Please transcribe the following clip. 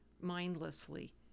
mindlessly